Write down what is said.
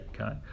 Okay